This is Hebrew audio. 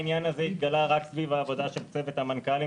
העניין הזה התגלה רק סביב העבודה של צוות המנכ"לים.